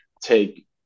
take